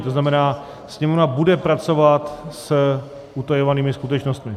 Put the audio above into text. To znamená, Sněmovna bude pracovat s utajovanými skutečnostmi.